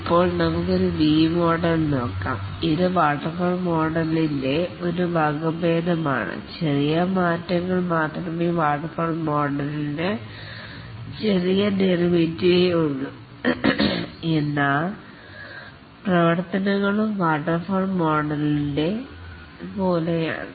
ഇപ്പോൾ നമുക്ക് V model നോക്കാം ഇത് വാട്ടർഫാൾ മോഡലിൻ്റെ ഒരു വകഭേദമാണ് ചെറിയ മാറ്റങ്ങൾ മാത്രമേ വാട്ടർഫാൾ മോഡലിൻ്റെചെറിയ ഡെറിവേറ്റീവ് ഉള്ളൂ എന്നാ പ്രവർത്തനങ്ങളും വാട്ടർഫാൾ മോഡൽ പോലെയാണ്